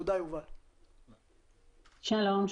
שלום.